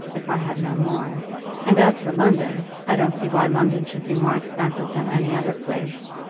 if i had no more and as for london, i don't see why london should be more expensive than any other place.